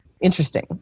interesting